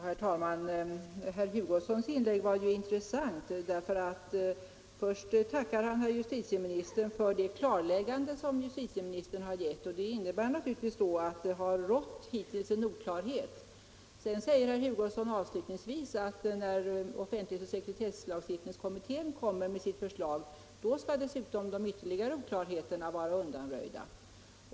Herr talman! Herr Hugossons inlägg var intressant. Först tackar han herr justitieministern för det klarläggande som denne gett. Det innebär naturligtvis att det hittills rått en viss oklarhet. Sedan säger herr Hugosson avslutningsvis att när offentlighetsoch sekretesslagstiftningskommittén framlagt sitt förslag så kommer de ytterligare oklarheterna att vara undanröjda.